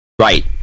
Right